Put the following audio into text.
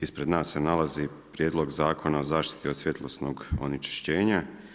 Ispred nas se nalazi Prijedlog zakona o zaštiti od svjetlosnog onečišćenja.